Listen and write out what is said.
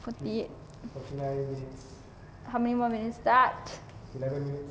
forty eight how many more minutes